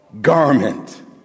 garment